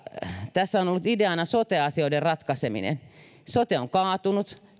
tässä on ollut ideana sote asioiden ratkaiseminen sote on kaatunut